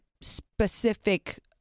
specific